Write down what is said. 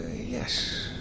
Yes